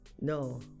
No